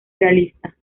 realista